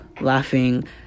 laughing